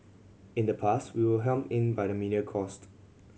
in the past we were hemmed in by media cost